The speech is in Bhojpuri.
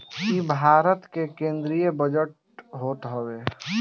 इ भारत के केंद्रीय बजट होत हवे